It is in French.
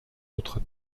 autres